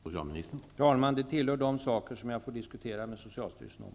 Herr talman! Det tillhör de saker som jag får diskutera med socialstyrelsen om.